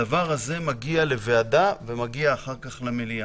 הדבר הזה מגיע לוועדה ומגיע אחר כך למליאה.